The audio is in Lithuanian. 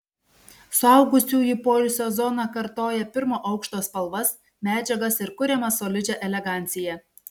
suaugusiųjų poilsio zona kartoja pirmo aukšto spalvas medžiagas ir kuriamą solidžią eleganciją